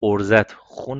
عرضت؛ خون